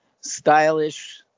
stylish